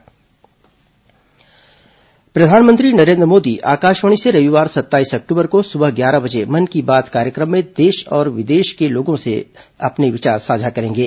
मन की बात प्रधानमंत्री नरेन्द्र मोदी आकाशवाणी से रविवार सत्ताईस अक्टूबर को सुबह ग्यारह बजे मन की बात कार्यक्रम में देश और विदेश के लोगों के साथ अपने विचार साझा करेंगे